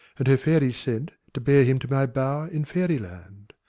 and her fairy sent to bear him to my bower in fairy land.